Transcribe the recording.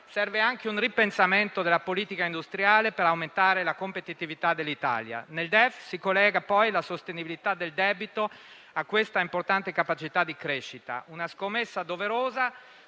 serve anche un ripensamento della politica industriale per aumentare la competitività dell'Italia. Nel DEF si collega poi la sostenibilità del debito a questa importante capacità di crescita: una scommessa doverosa,